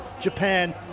Japan